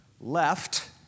left